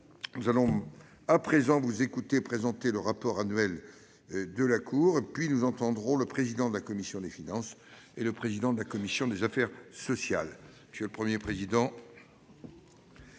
nous allons à présent vous écouter présenter le rapport annuel de la Cour des comptes, puis nous entendrons le président de la commission des finances et le président de la commission des affaires sociales. Je vous laisse donc